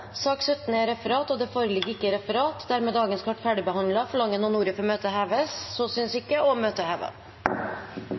sak nr. 16. Det foreligger ikke referat. Dermed er dagens kart ferdigbehandlet. Forlanger noen ordet før møtet heves? – Så synes